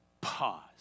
Pause